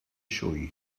sioe